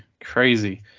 crazy